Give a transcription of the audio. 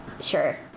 sure